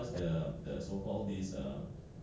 but has everything been assigned or not